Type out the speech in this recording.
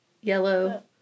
yellow